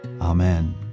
Amen